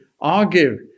argue